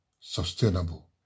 sustainable